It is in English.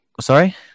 Sorry